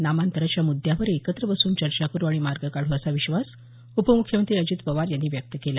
नामांतराच्या मुद्यावर एकत्र बसून चर्चा करु आणि मार्ग काढू असा विश्वास उपमुख्यमंत्री अजित पवार यांनी व्यक्त केला